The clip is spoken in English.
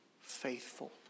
faithful